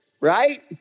right